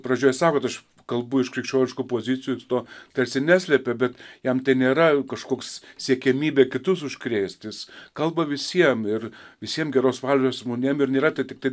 pradžioje sako kad aš kalbu iš krikščioniškų pozicijų to tarsi neslepia bet jam tai nėra kažkoks siekiamybė kitus užkrėst jis kalba visiem ir visiem geros valios žmonėm ir nėra tai tiktai